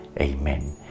Amen